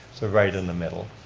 so right in the middle.